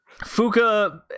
Fuka